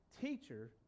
teacher